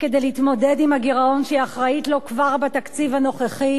כדי להתמודד עם הגירעון שהיא אחראית לו כבר בתקציב הנוכחי,